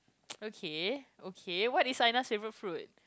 okay okay what is Anna's favourite fruit